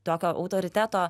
tokio autoriteto